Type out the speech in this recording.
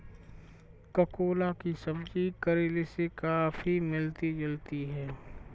ककोला की सब्जी करेले से काफी मिलती जुलती होती है